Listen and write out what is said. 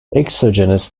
exogenous